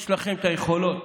יש לכם את היכולות,